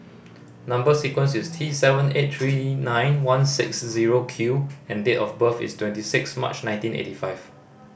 number sequence is T seven eight three nine one six zero Q and date of birth is twenty six March nineteen eighty five